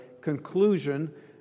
conclusion